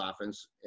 offense